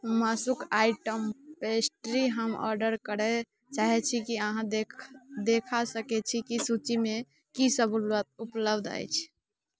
मासुक item pastry हम order करऽ चाहै छी अहाँ देखा सकै छी कि सूचिमे कि सब उपलब्ध अछि